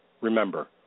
Remember